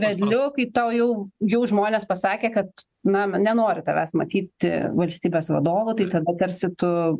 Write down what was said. vedliu kai tau jau jau žmonės pasakė kad na nenori tavęs matyti valstybės vadovu tai tada tarsi tu